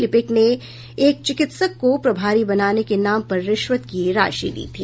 लिपिक ने एक चिकित्सक को प्रभारी बनाने के नाम पर रिश्वत की यह राशि ली थी